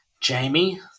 Jamie